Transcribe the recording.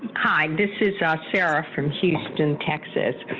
hi this is ah sarah from houston texas.